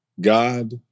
God